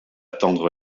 tendre